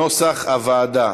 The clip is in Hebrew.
על הסתייגות 15, של אותה קבוצה.